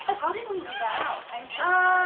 ah how did we leave that out? i'm so